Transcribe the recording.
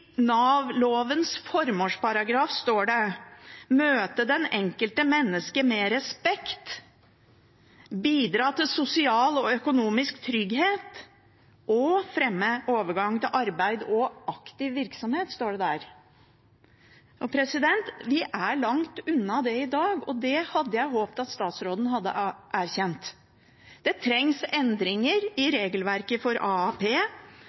formålsparagraf står det: «… møte det enkelte mennesket med respekt, bidra til sosial og økonomisk trygghet og fremme overgang til arbeid og aktiv virksomhet.» Vi er langt unna det i dag, og det hadde jeg håpet at statsråden hadde erkjent. Det trengs endringer i regelverket for AAP.